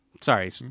Sorry